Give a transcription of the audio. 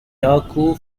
turku